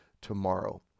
tomorrow